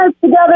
together